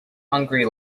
hungry